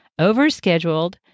overscheduled